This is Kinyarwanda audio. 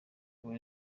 buri